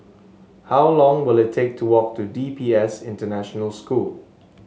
how long will it take to walk to D P S International School